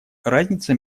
разница